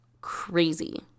Crazy